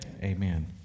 Amen